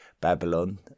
Babylon